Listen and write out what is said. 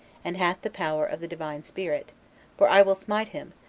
and hath the power of the divine spirit for i will smite him,